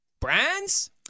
Brands